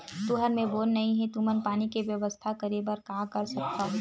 तुहर मेर बोर नइ हे तुमन पानी के बेवस्था करेबर का कर सकथव?